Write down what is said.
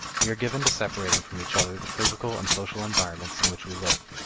we are given to separating from each other the physical and social environments in which we live.